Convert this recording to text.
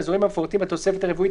האזורים המפורטים בתוספת הרביעית